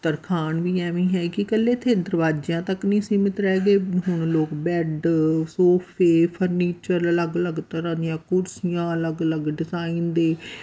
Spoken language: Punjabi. ਤਰਖਾਣ ਵੀ ਐਵੇਂ ਹੈ ਕਿ ਇਕੱਲੇ ਇੱਥੇ ਦਰਵਾਜ਼ਿਆਂ ਤੱਕ ਨਹੀਂ ਸੀਮਿਤ ਰਹਿ ਗਏ ਹੁਣ ਲੋਕ ਬੈੱਡ ਸੋਫੇ ਫਰਨੀਚਰ ਅਲੱਗ ਅਲੱਗ ਤਰ੍ਹਾਂ ਦੀਆਂ ਕੁਰਸੀਆਂ ਅਲੱਗ ਅਲੱਗ ਡਿਜ਼ਾਈਨ ਦੇ